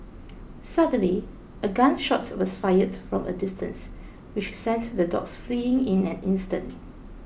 suddenly a gun shot was fired from a distance which sent the dogs fleeing in an instant